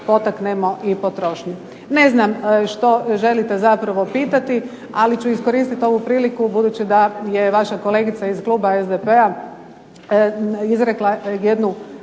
potaknemo i potrošnju. Ne znam što želite pitati, ali ću iskoristiti ovu priliku budući da je vaša kolegica iz Kluba SDP-a izrekla jednu